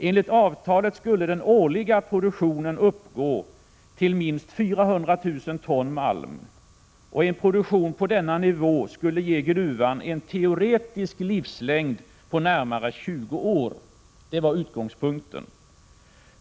Enligt avtalet skulle den årliga produktionen uppgå till minst 400 000 ton malm, och en produktion på denna nivå skulle ge gruvan en teoretisk livslängd på närmare 20 år. Det var utgångspunkten.